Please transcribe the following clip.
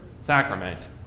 sacrament